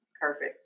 Perfect